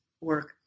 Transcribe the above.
work